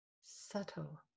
subtle